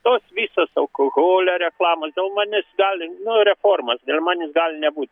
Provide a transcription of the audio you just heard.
tos visos alkoholio reklamos dėl manęs gali nu reformos dėl manęs gali nebūti